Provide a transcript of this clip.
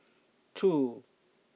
two